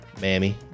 mammy